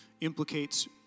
implicates